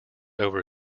over